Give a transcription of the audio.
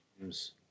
games